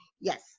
yes